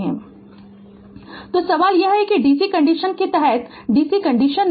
Refer Slide Time 2505 तो सवाल यह है कि dc कंडीशन के तहत dc कंडीशन में